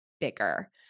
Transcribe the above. bigger